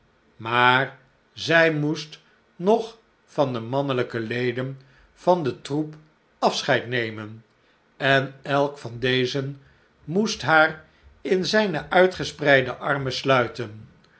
maar zij moest nog van de mannelijke leden van den troep afscheid nemen en elk van dezen moest haar in zijne uitgespreide armen sluiten